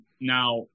now